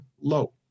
low